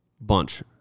Bunch